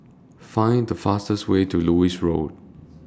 Find The fastest Way to Lewis Road